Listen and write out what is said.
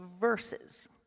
verses